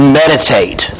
meditate